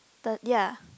the ya